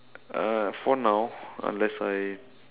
uh for now unless I